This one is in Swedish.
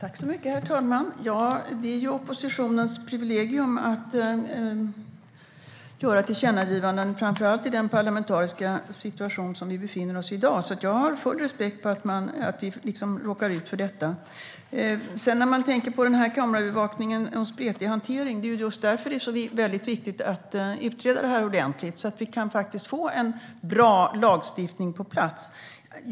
Herr talman! Det är oppositionens privilegium att göra tillkännagivanden, framför allt i den parlamentariska situation som vi i dag befinner oss i. Jag har full respekt för det och förståelse för att vi råkar ut för detta. När det gäller kameraövervakningen och den spretiga hanteringen är det ju därför det är så viktigt att utreda det här ordentligt så att vi kan få en bra lagstiftning på plats.